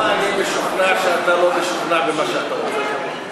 למה אני משוכנע שאתה לא משוכנע במה שאתה אומר?